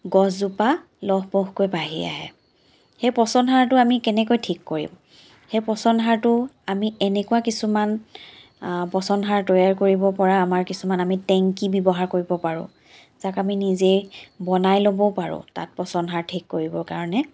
গছজোপা লহপহকৈ বাঢ়ি আহে সেই পচন সাৰটো আমি কেনেকৈ ঠিক কৰিম সেই পচন সাৰটো আমি এনেকুৱা কিছুমান পচন সাৰ তৈয়াৰ কৰিব পৰা আমাৰ কিছুমান টেংকি ব্যৱহাৰ কৰিব পাৰোঁ যাক আমি নিজে বনাই ল'ব পাৰোঁ তাত পচন সাৰ ঠিক কৰিবৰ কাৰণে